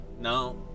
Now